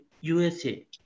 USA